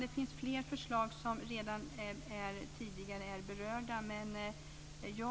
Det finns fler förslag som redan har berörts.